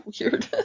weird